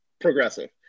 Progressive